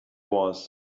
was